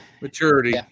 maturity